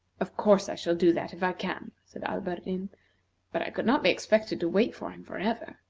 of course i shall do that, if i can, said alberdin but i could not be expected to wait for him forever.